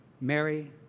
Mary